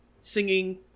singing